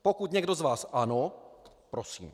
Pokud někdo z vás ano, prosím.